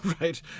Right